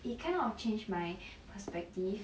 it kind of change my perspective